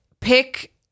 pick